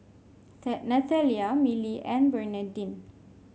Nathalia Milly and Bernadine